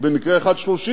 ובמקרה אחד 30 שנה,